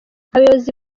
abayobozi